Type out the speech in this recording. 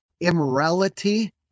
immorality